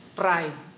pride